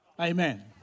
Amen